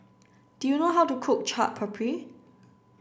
do you know how to cook Chaat Papri